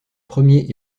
premier